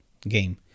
game